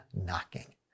knocking